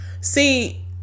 see